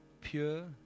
pure